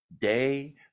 day